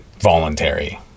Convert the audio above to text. Voluntary